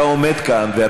מדינת העם היהודי.